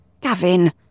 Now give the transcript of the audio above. Gavin